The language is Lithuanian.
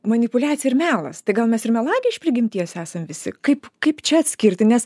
manipuliacija ir melas tai gal mes ir melagiai iš prigimties esam visi kaip kaip čia atskirti nes